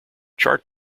chart